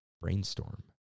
brainstorm